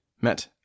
met